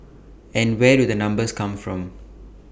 and where do the numbers come from